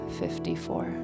54